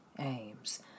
aims